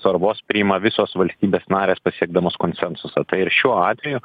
svarbos priima visos valstybės narės pasiekdamos konsensusą tai ir šiuo atveju